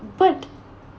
but